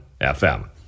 FM